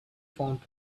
found